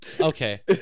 Okay